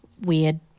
weird